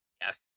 Yes